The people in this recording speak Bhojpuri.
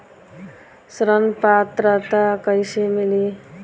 ऋण पात्रता कइसे मिली?